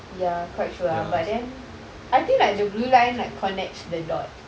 ya quite true lah but then I think like the blue line connects the dot